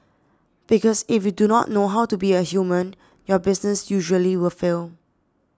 because if you do not know how to be a human your business usually will fail